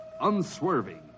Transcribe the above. Unswerving